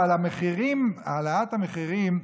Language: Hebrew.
אבל העלאת המחירים,